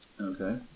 okay